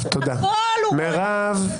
הכול הוא רואה.